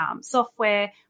software